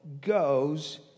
goes